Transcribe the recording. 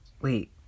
Wait